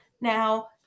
Now